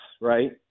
right